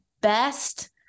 best